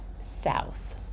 south